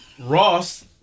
Ross